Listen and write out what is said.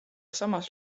samas